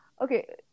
Okay